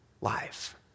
life